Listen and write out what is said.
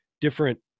different